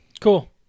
Cool